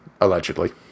allegedly